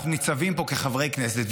אנחנו ניצבים פה כחברי כנסת,